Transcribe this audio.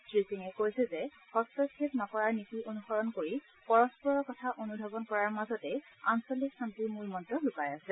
শ্ৰীসিঙে কৈছে যে হস্তক্ষেপ নকৰাৰ নীতি অনুসৰণ কৰি পৰস্পৰৰ কথা অনুধাৱন কৰাৰ মাজতেই আঞ্চলিক শান্তিৰ মূলমন্ত লুকাই আছে